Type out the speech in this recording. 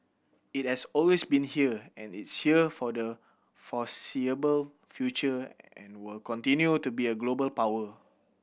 it has always been here and it's here for the foreseeable future and will continue to be a global power